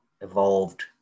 evolved